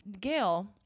Gail